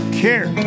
care